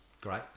great